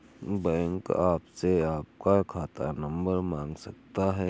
bank आपसे आपका खाता नंबर मांग सकता है